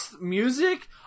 music